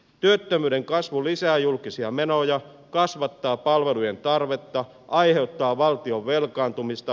työttömyyden kasvu lisää julkisia menoja kasvattaa palvelujen tarvetta aiheuttaa valtion velkaantumista